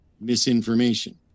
misinformation